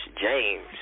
James